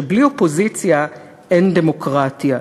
שבלי אופוזיציה אין דמוקרטיה.